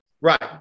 Right